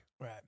right